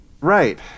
Right